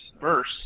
verse